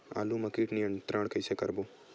आलू मा कीट नियंत्रण कइसे करबो?